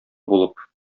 булып